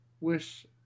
wish